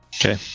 Okay